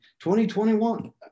2021